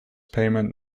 payment